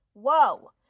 Whoa